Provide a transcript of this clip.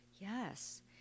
Yes